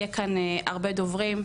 יהיו כאן הרבה דוברים,